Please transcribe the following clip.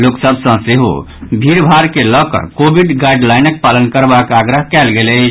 लोक सभ सँ सेहो भीड़ भाड़ के लऽ कऽ कोविडक गाईडलाईनक पालन करबाक आग्रह कयल गेल अछि